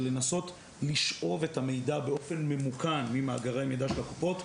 לנסות לשאוב את המידע באופן ממוכן ממאגרי המידע של הקופות.